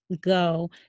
go